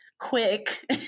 quick